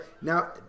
Now